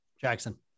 Jackson